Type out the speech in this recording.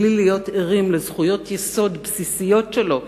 בלי להיות ערים לזכויות יסוד בסיסיות שלו,